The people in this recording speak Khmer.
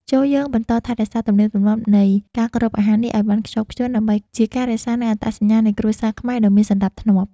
ចូរយើងបន្តថែរក្សាទំនៀមទម្លាប់នៃការគ្របអាហារនេះឱ្យបានខ្ជាប់ខ្ជួនដើម្បីជាការរក្សានូវអត្តសញ្ញាណនៃគ្រួសារខ្មែរដ៏មានសណ្តាប់ធ្នាប់។